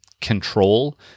control